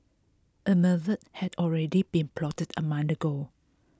a murder had already been plotted a month ago